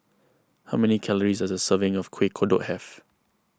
how many calories does a serving of Kuih Kodok have